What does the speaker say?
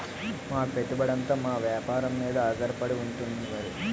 మా పెట్టుబడంతా మా వేపారం మీదే ఆధారపడి ఉంది మరి